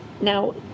now